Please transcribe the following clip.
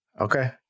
Okay